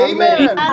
Amen